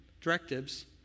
directives